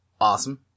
awesome